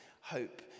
hope